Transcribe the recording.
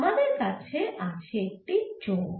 আমাদের আছে একটি চোঙ